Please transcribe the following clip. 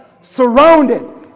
surrounded